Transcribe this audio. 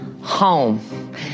home